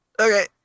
Okay